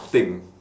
thing